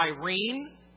Irene